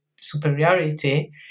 superiority